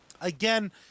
Again